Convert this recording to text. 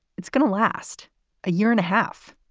it's going to last a year and a half,